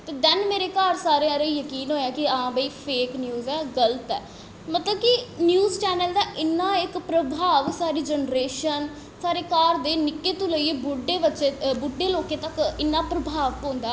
ते दैन्न मेरे घर सारें आह्लें ई जकीन होएआ कि हां भाई फेक न्यूज ऐ गल्त ऐ मतलब कि न्यूज चैनल दा इन्ना इक प्रभाव सारी जनरेशन साढ़े घर दे निक्के तो लेइयै बुड्ढे बच्चें अ बुड्ढे लोकें तक इन्ना प्रभाव पौंदा